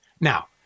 Now